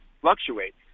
fluctuates